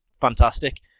fantastic